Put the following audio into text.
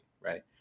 Right